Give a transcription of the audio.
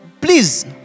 Please